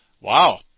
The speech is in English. Wow